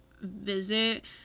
visit